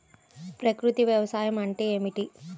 ప్రకృతి వ్యవసాయం అంటే ఏమిటి?